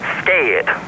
scared